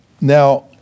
now